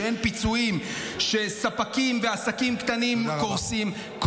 שאין בה פיצויים, שספקים ועסקים קטנים בה קורסים.